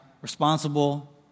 responsible